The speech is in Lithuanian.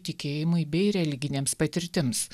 tikėjimui bei religinėms patirtims